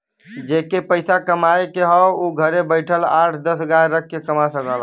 जेके के पइसा कमाए के हौ उ घरे बइठल आठ दस गाय रख के कमा सकला